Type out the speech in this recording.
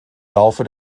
laufe